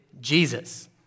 Jesus